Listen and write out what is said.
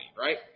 right